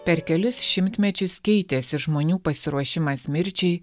per kelis šimtmečius keitėsi žmonių pasiruošimas mirčiai